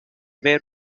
where